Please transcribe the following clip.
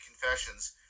confessions